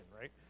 right